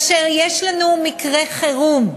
כאשר מדובר במקרי חירום,